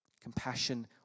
Compassion